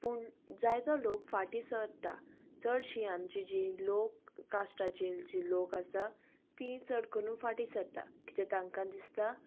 पूण जाय तो लोक फाटी सरता चडशीं आमची जीं लोक कास्टाची जी लोक आसा तीं चड करून फाटीं सरता कित्याक तांकां दिसता